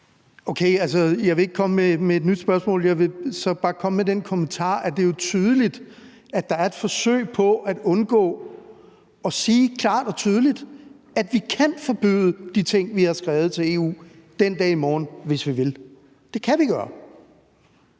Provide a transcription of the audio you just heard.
Okay, jeg vil ikke komme med et nyt spørgsmål. Jeg vil så bare komme med den kommentar, at det jo er tydeligt, at der er et forsøg på at undgå at sige klart og tydeligt, at vi kan forbyde de ting, vi har skrevet om til EU, den dag i morgen, hvis vi vil. Det kan vi gøre,